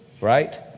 right